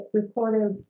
reported